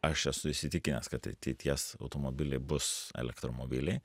aš esu įsitikinęs kad ateities automobiliai bus elektromobiliai